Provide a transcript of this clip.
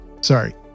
Sorry